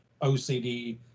OCD